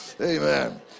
amen